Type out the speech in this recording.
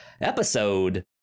episode